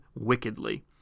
wickedly